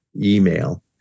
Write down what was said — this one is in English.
email